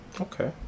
Okay